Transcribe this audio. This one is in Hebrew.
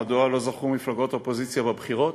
מדוע לא זכו מפלגות אופוזיציה בבחירות?